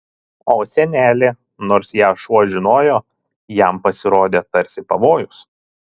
o senelė nors ją šuo žinojo jam pasirodė tarsi pavojus